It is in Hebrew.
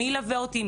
מי ילווה אותי,